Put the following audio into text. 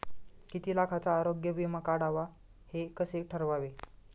किती लाखाचा आरोग्य विमा काढावा हे कसे ठरवावे?